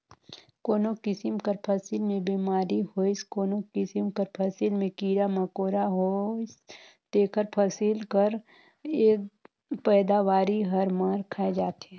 कोनो किसिम कर फसिल में बेमारी होइस कोनो किसिम कर फसिल में कीरा मकोरा होइस तेकर फसिल कर पएदावारी हर मार खाए जाथे